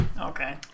Okay